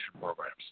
programs